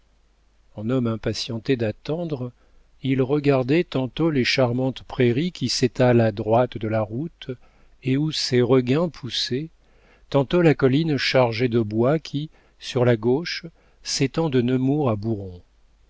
en homme impatienté d'attendre il regardait tantôt les charmantes prairies qui s'étalent à droite de la route et où ses regains poussaient tantôt la colline chargée de bois qui sur la gauche s'étend de nemours à